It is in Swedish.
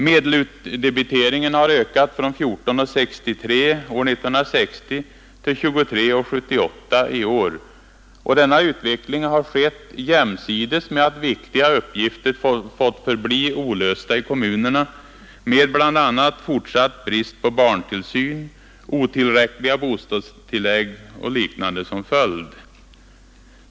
Medelutdebiteringen har ökat från 14:63 år 1960 till 23:78 i år, och denna utveckling har skett jämsides med att viktiga uppgifter fått förbli olösta i kommunerna, med bl.a. fortsatt brist på barntillsyn, otillräckliga bostadstillägg och liknande som följd.